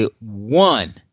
one